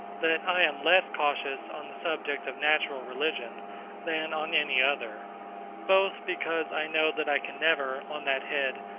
that i am less cautious on the subject of natural religion than on any other both because i know that i can never, on that head,